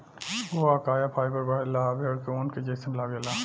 हुआकाया फाइबर बढ़ेला आ भेड़ के ऊन के जइसन लागेला